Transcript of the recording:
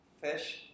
fish